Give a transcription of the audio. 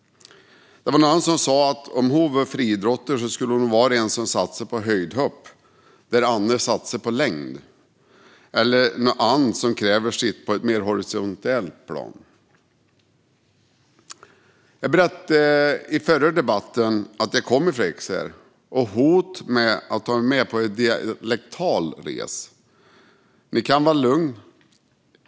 Det var någon som sa att om hon vore friidrottare skulle hon nog vara en som satsar på höjdhopp där andra satsar på längd eller något annat som kräver sitt på ett mer horisontellt plan. Jag berättade i den förra debatten att jag kommer från Ekshärad och hotade med att ta er med på en dialektal resa. Ni kan vara lugna.